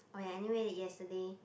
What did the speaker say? oh ya anyway y~ yesterday